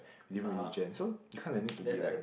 different religions so you kinda need to be like